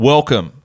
Welcome